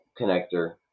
connector